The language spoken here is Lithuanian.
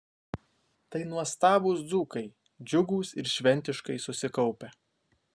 tai nuostabūs dzūkai džiugūs ir šventiškai susikaupę